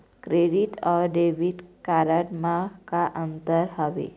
Credit अऊ debit card म का अंतर हावे?